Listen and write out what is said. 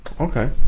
Okay